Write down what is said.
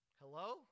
Hello